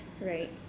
right